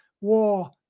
war